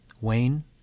Wayne